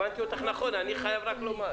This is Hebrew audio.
הבנתי אותך נכון, אני רק חייב לומר.